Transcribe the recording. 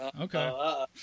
Okay